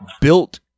built